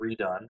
redone